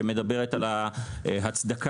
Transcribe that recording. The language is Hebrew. שמדברת על ההצדקה